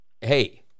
hey